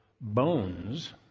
bones